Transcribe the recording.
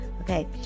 okay